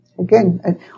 Again